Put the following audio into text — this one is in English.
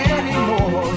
anymore